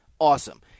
awesome